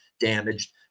damaged